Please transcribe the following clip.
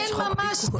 אין ממש כלום.